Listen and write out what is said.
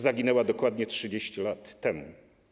Zaginęła dokładnie 30 lat temu.